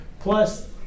Plus